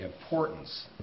importance